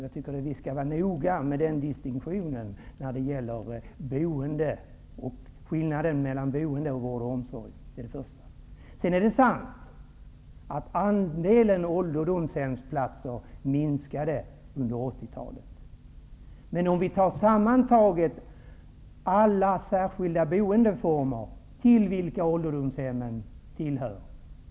Jag tycker att vi skall vara noga med distinktionen mellan boende å ena sidan och vård och omsorg å andra sidan. Det är sant att andelen ålderdomshemsplatser har minskat under 80-talet. Men sammantaget har en ökning skett av platserna i alla särskilda boendeformer, till vilka ålderdomshemmen hör.